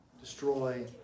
destroy